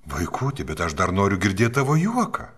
vaikuti bet aš dar noriu girdėt tavo juoką